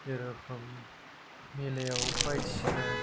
जेरखम मेलायाव बायदिसिना